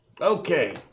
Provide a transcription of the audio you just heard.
Okay